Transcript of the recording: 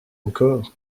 encore